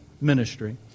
ministry